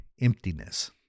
emptiness